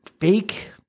fake